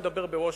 נדבר בוושינגטון,